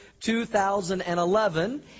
2011